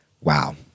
Wow